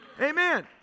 Amen